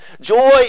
Joy